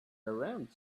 around